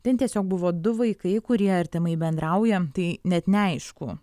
ten tiesiog buvo du vaikai kurie artimai bendrauja tai net neaišku